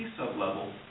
sublevel